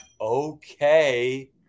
Okay